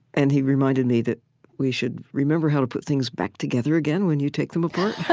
and he reminded me that we should remember how to put things back together again when you take them apart,